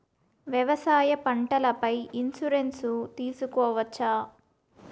వ్యవసాయ పంటల పై ఇన్సూరెన్సు తీసుకోవచ్చా?